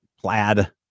plaid